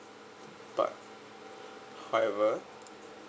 but however